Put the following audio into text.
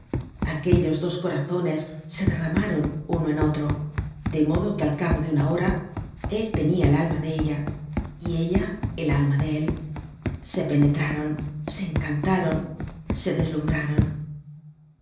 aquellos dos corazones se derramaron uno en otro de modo que al cabo de una hora él tenia el ama de ella y ella el alma de él se penetraron se encantaron se deslumbraron